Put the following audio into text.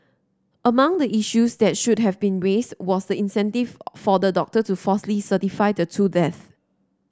among the issues that should have been raised was the incentive for the doctor to falsely certify the two deaths